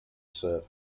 serve